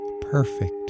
perfect